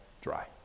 dry